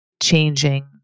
changing